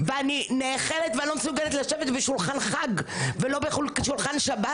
ואני נאכלת ואני לא מסוגלת לשבת בשולחן חג ולא בשולחן שבת.